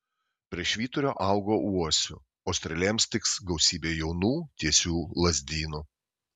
prie švyturio augo uosių o strėlėms tiks gausybė jaunų tiesių lazdynų